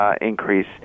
increase